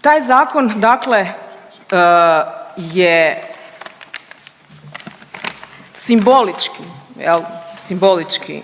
Taj zakon dakle je simbolički jel, simbolički